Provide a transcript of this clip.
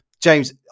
James